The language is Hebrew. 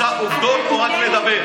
את רוצה עובדות או רק לדבר?